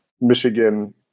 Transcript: Michigan